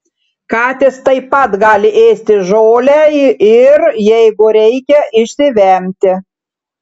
katės taip pat gali ėsti žolę ir jeigu reikia išsivemti